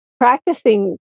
practicing